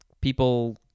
people